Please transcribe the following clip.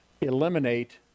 eliminate